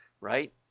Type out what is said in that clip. right